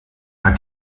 hat